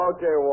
Okay